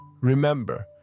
Remember